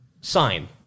sign